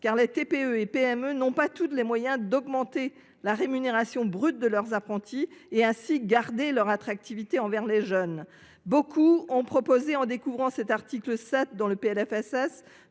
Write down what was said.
car les TPE et PME n’ont pas toutes les moyens d’augmenter la rémunération brute de leurs apprentis pour conserver leur attractivité vis à vis des jeunes. Beaucoup ont proposé, en découvrant cet article 7 dans le PLFSS,